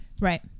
Right